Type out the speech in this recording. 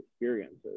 experiences